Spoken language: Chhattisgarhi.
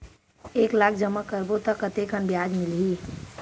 एक लाख जमा करबो त कतेकन ब्याज मिलही?